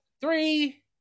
three